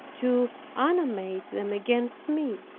to animate them against me.